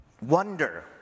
Wonder